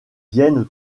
viennent